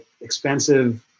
expensive